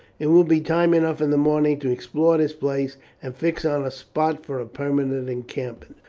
it will be time enough in the morning to explore this place and fix on a spot for a permanent encampment.